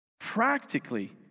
Practically